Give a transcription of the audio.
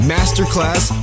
Masterclass